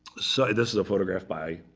so this is a photograph by